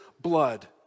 blood